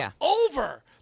over